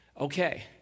Okay